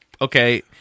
okay